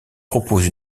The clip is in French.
propose